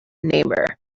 namer